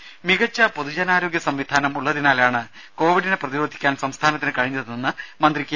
രുമ മികച്ച പൊതുജനാരോഗ്യ സംവിധാനം ഉള്ളതിനാലാണ് കൊവിഡിനെ പ്രതിരോധിക്കാൻ സംസ്ഥാനത്തിന് കഴിഞ്ഞതെന്ന് മന്ത്രി കെ